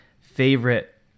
favorite